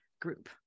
Group